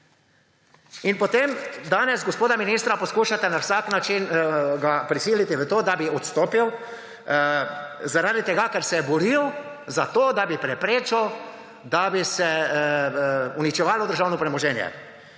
In potem danes gospoda ministra poskušate na vsak način prisiliti v to, da bi odstopil, ker se je boril za to, da bi preprečil, da bi se uničevalo državno premoženje.